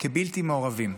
--- כבלתי מעורבים.